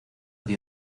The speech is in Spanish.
dio